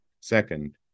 Second